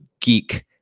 geek